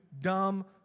dumb